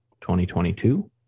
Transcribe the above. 2022